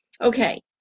Okay